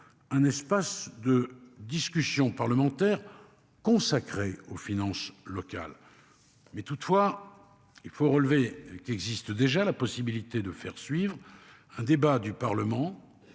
un espace de discussion parlementaire consacrée aux finances locales. Mais toutefois, il faut relever qu'existe déjà la possibilité de faire suivre un débat du Parlement.